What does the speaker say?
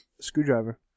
screwdriver